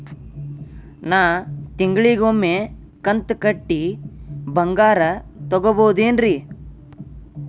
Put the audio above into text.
ನಾ ತಿಂಗಳಿಗ ಒಮ್ಮೆ ಕಂತ ಕಟ್ಟಿ ಬಂಗಾರ ತಗೋಬಹುದೇನ್ರಿ?